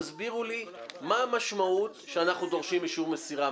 תסבירו לי מה המשמעות כשאנחנו דורשים אישור מסירה,